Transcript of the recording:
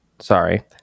sorry